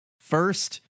first